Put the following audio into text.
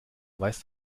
weißt